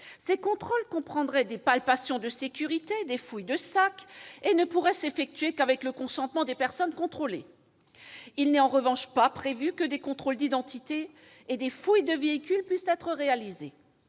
Ces contrôles comprendraient des palpations de sécurité et des fouilles de sacs et ne pourraient s'effectuer qu'avec le consentement des personnes contrôlées. Il n'est en revanche pas prévu que des contrôles d'identité et des fouilles de véhicules puissent être réalisés.